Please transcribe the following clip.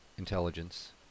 intelligence